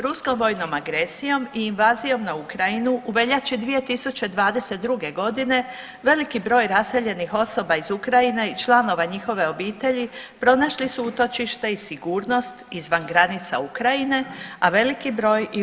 Ruskom vojnom agresijom i invazijom na Ukrajinu u veljači 2022. godine veliki broj raseljenih osoba iz Ukrajine i članova njihove obitelji pronašli su utočište i sigurnost izvan granica Ukrajine, a veliki broj i u RH.